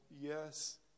Yes